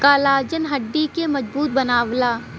collagen हड्डी के मजबूत बनावला